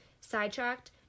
sidetracked